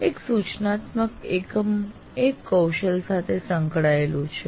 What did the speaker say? એક સૂચનાત્મક એકમ એક કૌશલ સાથે સંકળાયેલું છે